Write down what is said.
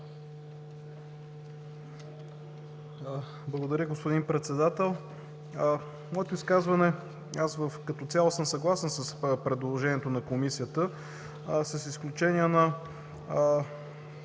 Благодаря, господин Председател. Моето изказване… Като цяло съм съгласен с предложението на Комисията, с изключение на